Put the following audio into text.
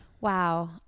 Wow